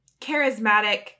charismatic